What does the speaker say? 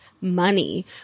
money